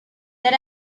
then